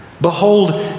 Behold